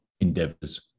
endeavors